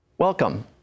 Welcome